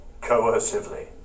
coercively